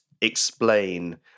explain